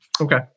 Okay